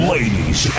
Ladies